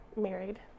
married